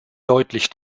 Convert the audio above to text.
deutlich